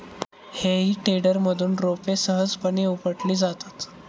हेई टेडरमधून रोपे सहजपणे उपटली जातात